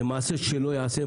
זה מעשה שלא ייעשה,